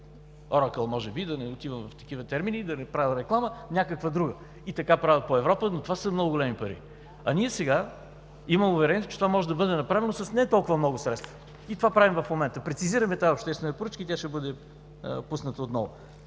може би, да не отивам в такива термини и да не правя реклама, а някаква друга. И така правят по Европа, но това са много големи пари. А ние сега имаме уверението, че това може да бъде направено с не толкова много средства и това правим в момента – прецизираме тази обществена поръчка и тя ще бъде пусната отново.